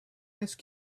ice